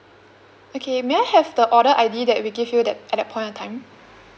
okay may I have the order I_D that we gave you that at that point of time